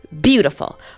beautiful